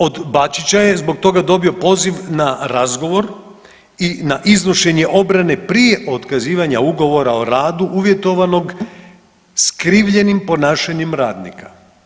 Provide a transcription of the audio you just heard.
Od Bačića je zbog toga dobio poziv na razgovor i na iznošenje obrane prije otkazivanja ugovora o radu uvjetovanog skrivljenim ponašanjem radnika.